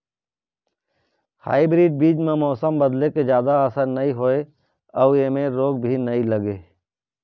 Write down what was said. hybrid बीज म मौसम बदले के जादा असर नई होवे अऊ ऐमें रोग भी नई लगे